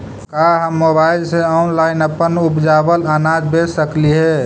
का हम मोबाईल से ऑनलाइन अपन उपजावल अनाज बेच सकली हे?